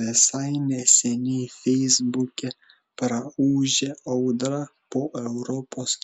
visai neseniai feisbuke praūžė audra po europos